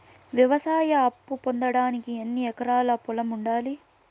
వ్యవసాయ అప్పు పొందడానికి ఎన్ని ఎకరాల పొలం ఉండాలి?